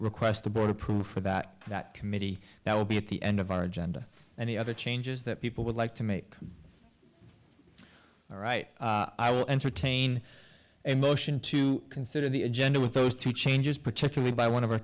request a board approved for that that committee now would be at the end of our agenda and the other changes that people would like to make all right i will entertain a motion to consider the agenda with those two changes particularly by one of our